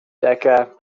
decca